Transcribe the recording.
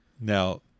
Now